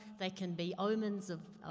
they can be omens of,